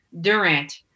durant